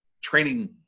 training